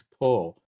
pull